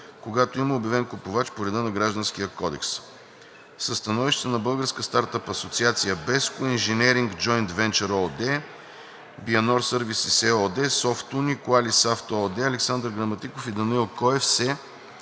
когато има обявен купувач по реда на Гражданския процесуален кодекс. Със становищата на Българска стартъп асоциация BESCO, „Инженеринг Джоинт Венчър“ ООД, „Бианор Сървисиз“ ЕООД, „СофтУни“, „Куалифаст“ ООД, Александър Граматиков и Данаил Коев се